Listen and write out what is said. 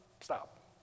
Stop